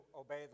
obey